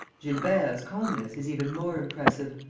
gilbert's calmness is even more impressive,